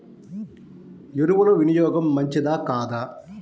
ఎరువుల వినియోగం మంచిదా కాదా?